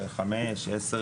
זה 5,000 ש"ח,